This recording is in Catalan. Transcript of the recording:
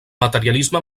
materialisme